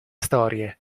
storie